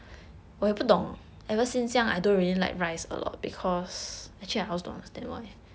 okay